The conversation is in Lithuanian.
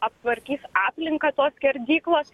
aptvarkys aplinką tos skerdyklos